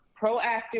proactive